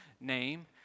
name